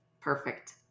Perfect